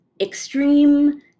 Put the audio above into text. extreme